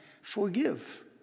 forgive